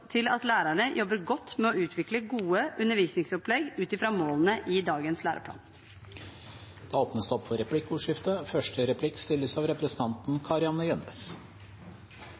til at lærerne jobber godt med å utvikle gode undervisningsopplegg ut ifra målene i dagens læreplan. Det blir replikkordskifte. Takk til statsråden for